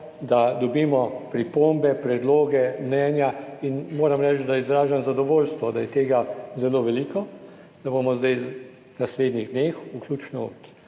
da dobimo pripombe, predloge, mnenja. In moram reči, da izražam zadovoljstvo, da je tega zelo veliko, da bomo zdaj v naslednjih dneh, vključno